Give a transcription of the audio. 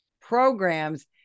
programs